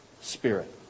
spirit